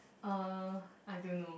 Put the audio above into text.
uh I don't know